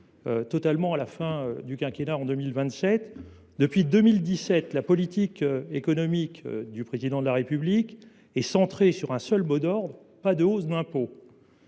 cette mesure à la fin du quinquennat, en 2027. Depuis 2017, la politique économique du Président de la République est centrée sur un seul mot d’ordre : pas de hausse d’impôts.